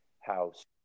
House